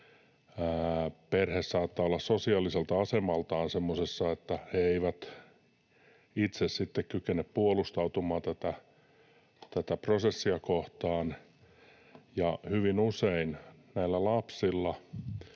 perhe saattaa olla sosiaaliselta asemaltaan semmoinen, että he eivät itse sitten kykene puolustautumaan tätä prosessia kohtaan. Hyvin usein näillä lapsilla